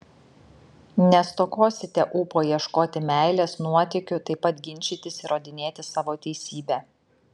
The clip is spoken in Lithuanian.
nestokosite ūpo ieškoti meilės nuotykių taip pat ginčytis įrodinėti savo teisybę